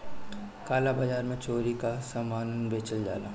काला बाजार में चोरी कअ सामान बेचल जाला